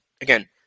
Again